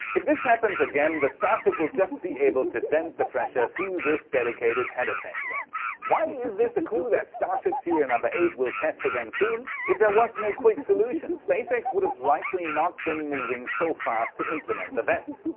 if this happens again, the starship will just be able to vent the pressure through this dedicated header tank vent. why is this a clue, that starship serial number eight will test again soon? if there was no quick solution, spacex would have likely not been moving so fast to implement the vent.